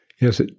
Yes